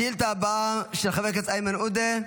השאילתה הבאה היא של חבר הכנסת איימן עודה,